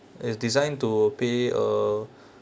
is designed to pay uh